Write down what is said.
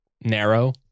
narrow